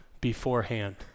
beforehand